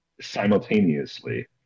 simultaneously